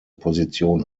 position